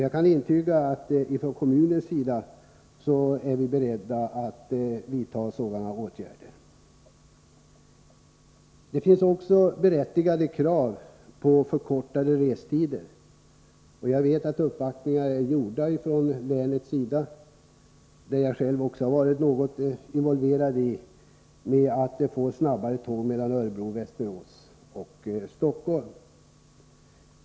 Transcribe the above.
Jag kan intyga att vi är beredda att vidta åtgärder från kommunalt håll. Vidare föreligger berättigade krav på kortare restider. Jag vet att man från länets sida har gjort uppvaktningar. Själv har jag varit involverad i diskussionen om snabbare tåg på sträckan Örebro-Västerås-Stockholm.